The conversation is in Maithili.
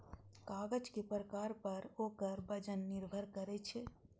कागज के प्रकार पर ओकर वजन निर्भर करै छै